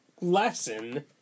lesson